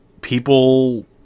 People